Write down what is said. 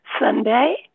Sunday